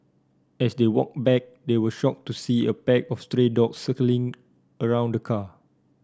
as they walked back they were shocked to see a pack of stray dogs circling around the car